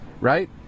right